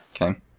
okay